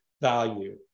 value